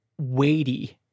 weighty